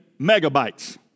megabytes